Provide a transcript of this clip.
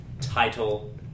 title